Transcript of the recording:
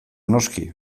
noski